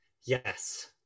Yes